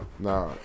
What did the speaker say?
Nah